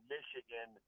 Michigan